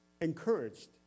encouraged